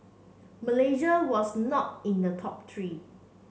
Malaysia was not in the top three